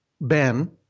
Ben